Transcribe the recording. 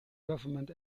government